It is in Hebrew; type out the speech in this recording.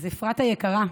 אפרת היקרה,